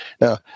Now